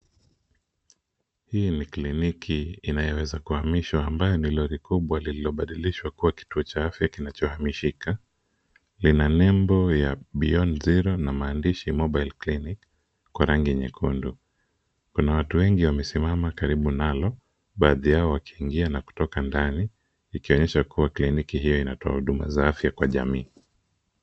Hii ni kliniki inayoweza kuhamishwa ambayo ni lori kubwa lililobadilishwa kuwa kituo cha afya kinachohamishika. Lina nembo ya beyond zero na maandishi mobile clinic kwa rangi nyekundu. Kuna watu wengi wamesimama karibu nalo baadhi yao wakiingia na kutoka ndani ikionyesha kuwa kliniki hiyo inatoa huduma za afya kwa jamii.